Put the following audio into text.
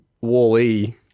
WALL-E